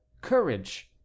courage